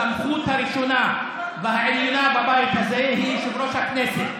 הסמכות הראשונה והעליונה בבית הזה היא יושב-ראש הכנסת.